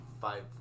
five